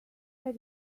erik